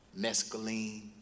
mescaline